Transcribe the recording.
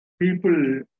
people